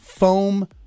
foam